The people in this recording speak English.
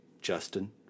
Justin